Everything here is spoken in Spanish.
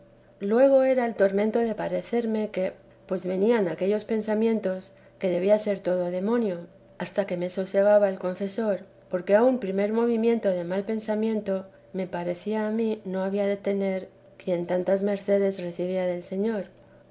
luego era el tormento de parecerme que pues venían aquellos pensamientos que debía ser todo demonio hasta que me sosegaba el confesor porque a un primer movimiento de mal pensamiento me parecía a mí no había de temer quien tantas mercedes recibía del señor